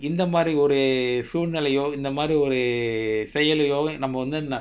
இந்த மாதிரி ஒரு சூழ்நிலையோ இந்த மாதிரி ஒரு செயலையோ நாம வந்து:intha maathiri oru suzhinilaiyo intha maathiri oru seyalaiyo naama vanthu